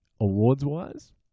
awards-wise